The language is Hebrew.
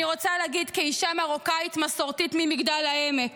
אני רוצה להגיד, כאשה מרוקאית מסורתית ממגדל העמק: